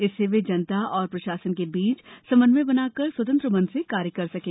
इससे वे जनता और प्रशासन के बीच समन्वय बनाकर स्वतंत्र मन से कार्य कर सकें